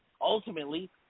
ultimately